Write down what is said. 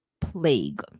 plague